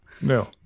No